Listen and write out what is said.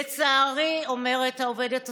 לצערי, אומרת העובדת הסוציאלית,